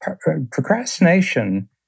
procrastination